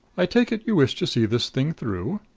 i take it you wish to see this thing through?